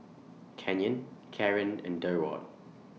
Canyon Kaaren and Durward